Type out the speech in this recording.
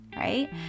right